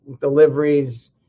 deliveries